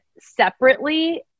separately